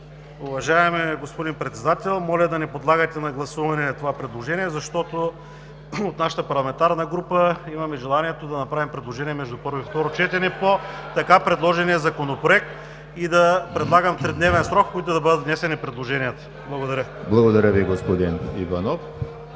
Благодаря Ви, господин Кирилов.